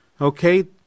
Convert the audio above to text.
Okay